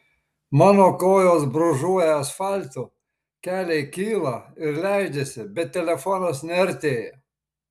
mano kojos brūžuoja asfaltu keliai kyla ir leidžiasi bet telefonas neartėja